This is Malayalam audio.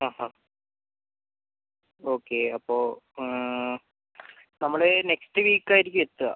അ അ ഓക്കെ അപ്പോൾ നമ്മൾ നെക്സ്റ്റ് വീക്കായിരിക്കും എത്തുക